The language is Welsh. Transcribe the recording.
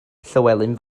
llywelyn